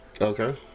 Okay